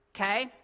Okay